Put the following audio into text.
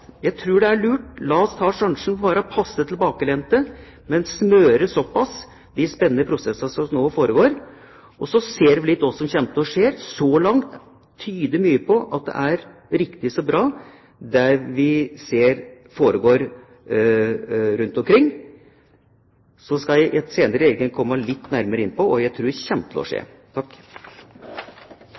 Jeg tror det er lurt – la oss ta sjansen på å være passe tilbakelente, men smøre såpass de spennende prosessene som nå foregår, og så ser vi litt hva som kommer til å skje. Så langt tyder mye på at det er riktig så bra, det vi ser foregår rundt omkring. Så skal jeg senere komme litt inn på hva jeg tror kommer til å skje.